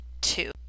two